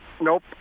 nope